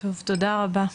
תודה רבה.